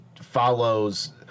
follows